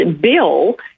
bill